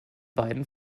beiden